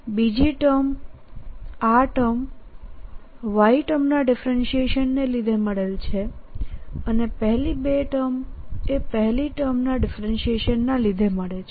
બીજી ટર્મ આ term y ટર્મના ડિફરેન્શીએશનને લીધે મળે છે અને પહેલી બે ટર્મએ પહેલી ટર્મના ડિફરેન્શીએશનના લીધે મળે છે